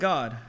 God